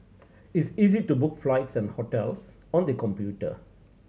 it's easy to book flights and hotels on the computer